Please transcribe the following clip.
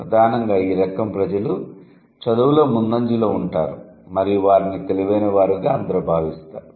ప్రధానంగా ఈ రకం ప్రజలు చదువులో ముందంజలో ఉంటారు మరియు వారిని తెలివైనవారుగా అందరూ భావిస్తారు